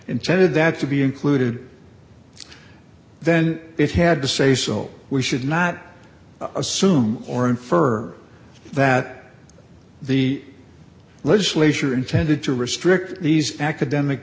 intended that to be included then it had to say so we should not assume or infer that the legislature intended to restrict these academic